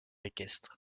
équestre